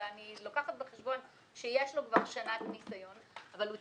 אני לוקחת בחשבון שיש לו כבר שנת ניסיון אבל בכל מקרה הוא